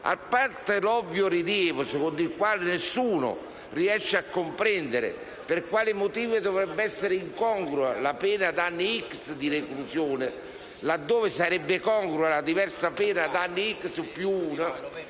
a parte l'ovvio rilievo secondo il quale nessuno riesce a comprendere per quale motivo dovrebbe essere incongrua la pena ad anni "x" di reclusione, laddove sarebbe congrua la diversa pena ad anni "x più uno",